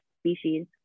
species